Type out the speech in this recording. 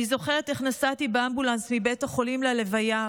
אני זוכרת איך נסעתי באמבולנס מבית החולים ללוויה,